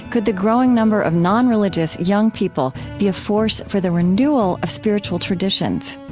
could the growing number of non-religious young people be a force for the renewal of spiritual traditions?